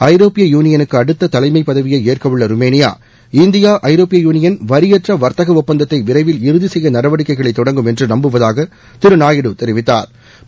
ஐரோப்பிய யூளியனுக்கு அடுத்த தலைமைப் பதவியை ஏற்கவுள்ள ருமேனியா இந்தியா ஜரோப்பிய யூளியன் வரியற்ற வர்த்தக ஒப்பந்தத்தை விரைவில் இறுதிசெய்ய நடவடிக்கைகளை தொடங்கும் என்று நம்புவதாக திரு நாயுடு தெரிவித்தாா்